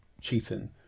cheating